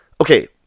okay